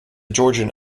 georgian